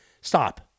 stop